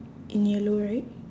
in yellow right